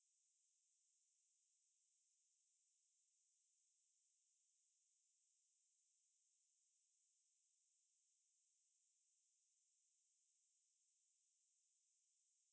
அது நா நெனைக்குற அது வந்து உன்னுடைய தனியாரோட மன நிலை பொருத்துதா இருக்குனு நா நெனைக்குற அவங்களுக்கு என்ன புடிக்கிதோ அவங்க வாங்கி சாப்புடுறனால அதுல:athu naa nenaikkura athu vanthu unnudaiya thaniyaaroda mana nilai poruthuthaa irukkunu naa nenaikkura avanagalukku enna pudikkitho avanga vaangi saapuduranaala athula